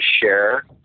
share